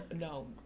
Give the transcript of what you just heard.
no